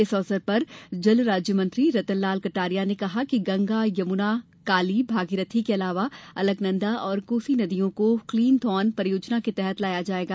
इस अवसर पर जल राज्य मंत्री रतन लाल कटारिया ने कहा कि गंगा यमुना काली भागीरथी के अलावा अलकनंदा और कोसी नदियों को क्लीनथॉन परियोजना के तहत लाया जाएगा